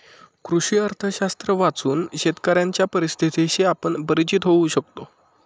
कृषी अर्थशास्त्र वाचून शेतकऱ्यांच्या परिस्थितीशी आपण परिचित होऊ शकतो